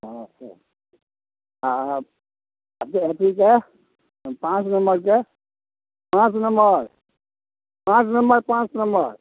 अच्छा आ आब अच्छे अथीके पाँच नम्बरके पाँच नम्बर पाँच नम्बर पाँच नम्बर